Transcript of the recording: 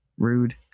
Rude